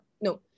No